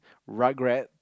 regard